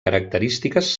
característiques